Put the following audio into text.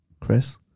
Chris